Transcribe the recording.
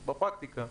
בפרקטיקה.